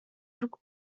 took